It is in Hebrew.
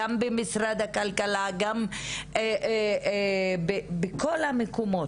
גם במשרד הכלכלה בכל המקומות.